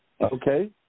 Okay